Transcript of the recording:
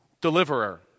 Deliverer